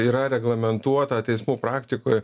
yra reglamentuota teismų praktikoj